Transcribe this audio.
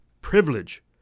privilege